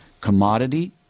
Commodity